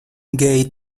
gate